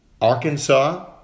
Arkansas